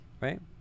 Right